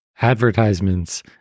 advertisements